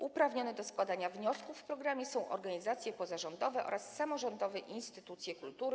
Uprawnione do składania wniosków w programie są organizacje pozarządowe oraz samorządowe instytucje kultury.